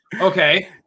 Okay